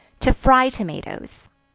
to fry tomatoes.